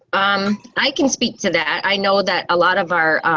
um, i can speak to that. i know that a lot of our